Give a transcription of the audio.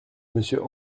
monsieur